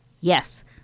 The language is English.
yes